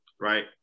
right